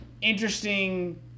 interesting